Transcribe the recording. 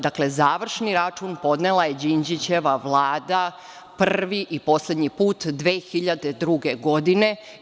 Dakle, završni račun podnela je Đinđičeva Vlada, prvi i poslednji put, 2002. godine.